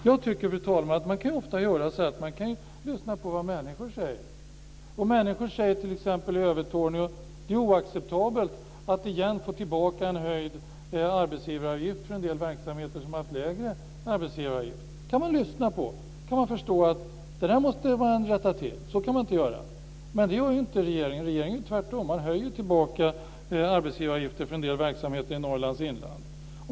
Jag tycker, fru talman, att man ofta kan lyssna på vad människor säger. Om människor i t.ex. Övertorneå säger att det är oacceptabelt att igen få tillbaka en höjd arbetsgivaravgift för en del verksamheter som har haft lägre arbetsgivaravgift, kan man lyssna på det. Man kan förstå att man måste rätta till det, att man inte kan göra så. Men det gör inte regeringen. Regeringen gör tvärtom. Man höjer återigen arbetsgivaravgifter för en del verksamheter i Norrlands inland.